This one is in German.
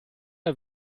der